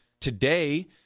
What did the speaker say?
Today